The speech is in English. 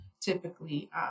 typically